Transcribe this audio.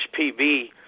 HPV